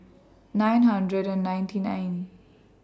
nine hundred and ninety nine